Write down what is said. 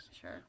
Sure